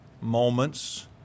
moments